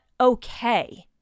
okay